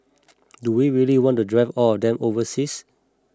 do we really want to drive all of them overseas